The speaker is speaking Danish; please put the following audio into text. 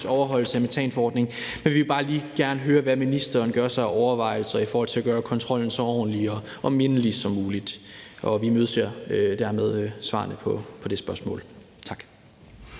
overholdelse af metanforordningen, men vi vil bare lige gerne høre, hvad ministeren gør sig af overvejelser om at gøre kontrollen så ordentlig og mindelig som muligt. Vi imødeser dermed svarene på det spørgsmål. Tak.